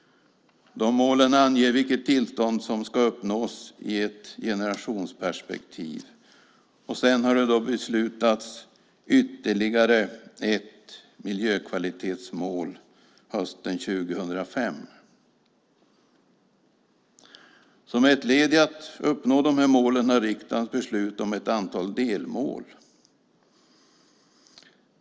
De målen anger vilket tillstånd som ska uppnås i ett generationsperspektiv. Sedan beslutades hösten 2005 om ytterligare ett miljökvalitetsmål. Som ett led i att uppnå dessa mål har riksdagen sedan beslutat om ett antal delmål.